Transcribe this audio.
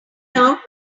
where